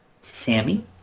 Sammy